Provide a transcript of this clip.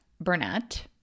Burnett